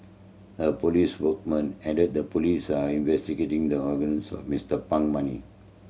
a police spokesman added the police are investigating the origins of Mister Pang money